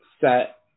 set